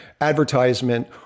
advertisement